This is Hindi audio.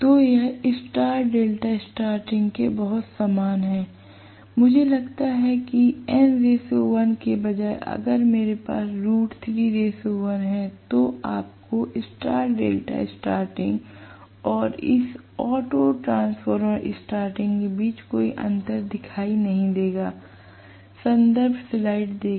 तो यह स्टार डेल्टा स्टार्टिंग के बहुत समान है मुझे लगता है कि n1 के बजाय अगर मेरे पास 1 है तो आपको स्टार डेल्टा स्टार्टिंग और इस ऑटो ट्रांसफार्मर स्टार्टिंग के बीच कोई अंतर नहीं दिखाई देगा